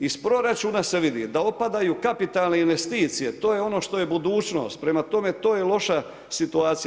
Iz proračuna se vidi da opadaju kapitalne investicije, to je ono što je budućnost, prema tome to je loša situacija.